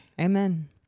Amen